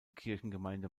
kirchengemeinde